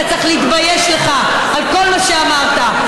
אתה צריך להתבייש לך על כל מה שאמרת.